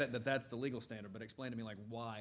it that that's the legal standard but explain to me like why